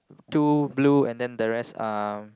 two blue then the rest are